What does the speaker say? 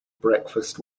breakfast